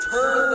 Turn